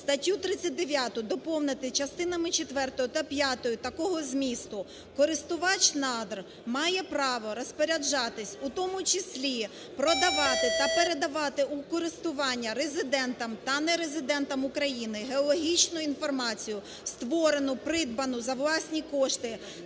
Статтю 39 доповнити частинами четвертою та п'ятою такого змісту: "Користувач надр має право розпоряджатися, у тому числі, продавати та передавати у користування резидентам та не резидентам України геологічну інформацію, створену, придбану за власні кошти